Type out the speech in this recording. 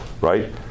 right